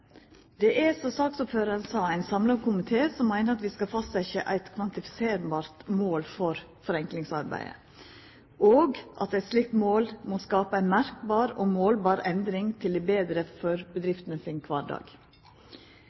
Det er, som saksordføraren sa, ein samla komité som meiner at vi skal fastsetja eit kvantifiserbart mål for forenklingsarbeidet, og at eit slikt mål må skapa ei merkbar og målbar endring til det betre for bedriftene og deira kvardag.